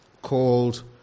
called